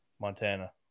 Montana